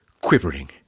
quivering